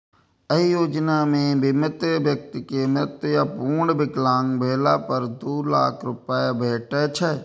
एहि योजना मे बीमित व्यक्ति के मृत्यु या पूर्ण विकलांग भेला पर दू लाख रुपैया भेटै छै